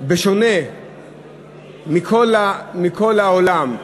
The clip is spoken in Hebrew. בשונה מכל העולם,